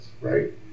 Right